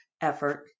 effort